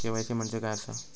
KYC म्हणजे काय आसा?